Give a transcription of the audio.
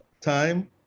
time